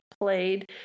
played